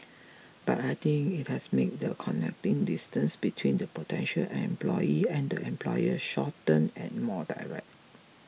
but I think it has made the connecting distance between the potential employee and employer shorter and more direct